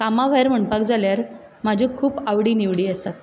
कामा भायर म्हणपाक जाल्यार म्हज्यो खूब आवडी निवडी आसात